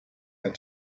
and